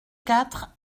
quatre